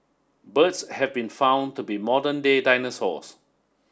birds have been found to be modern day dinosaurs